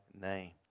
name